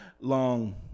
long